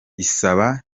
isaba